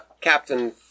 Captain